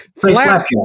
Flat